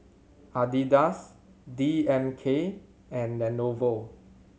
Adidas D M K and Lenovo